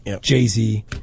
Jay-Z